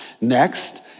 Next